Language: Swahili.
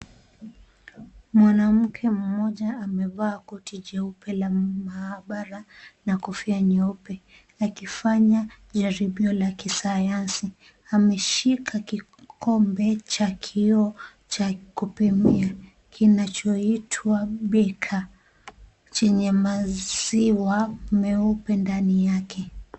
Mwanamke mmoja amevaa koti jeupe la maabara na kofia nyeupe akifanya jaribio la kisayansi. Ameshika kikombe cha kioo cha kupimia kinachoitwa beaker , chenye maziwa meupe ndani yake.